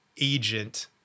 agent –